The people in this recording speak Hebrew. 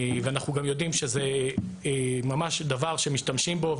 ואנחנו גם יודעים שזה ממש דבר שמשתמשים בו,